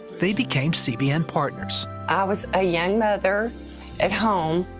they became cbn partners. i was a young mother at home,